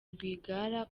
rwigara